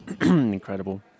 Incredible